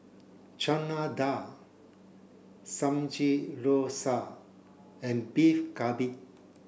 Chana Dal Samgeyopsal and Beef Galbi